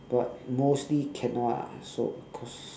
but mostly cannot ah so because